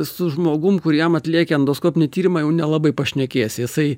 su žmogum kuriam atlieki endoskopinį tyrimą jau nelabai pašnekėsi jisai